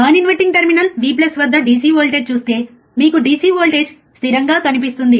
non inverting terminal V వద్ద DC voltage చూస్తేమీకు DC voltage స్థిరంగా కనిపిస్తుంది